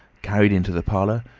carried into the parlour,